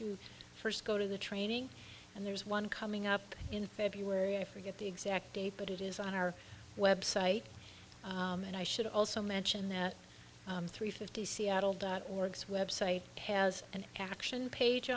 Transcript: you first go to the training and there's one coming up in february i forget the exact date but it is on our website and i should also mention that three fifty seattle dot org website has an action page